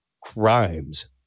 crimes